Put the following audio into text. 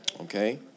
Okay